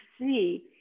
see